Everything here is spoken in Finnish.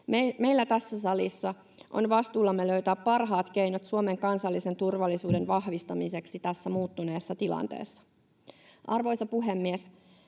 Meillä tässä salissa on vastuullamme löytää parhaat keinot Suomen kansallisen turvallisuuden vahvistamiseksi tässä muuttuneessa tilanteessa. Arvoisa puhemies!